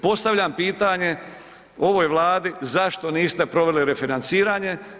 Postavljam pitanje ovoj Vladi, zašto niste proveli refinanciranje?